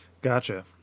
Gotcha